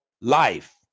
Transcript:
life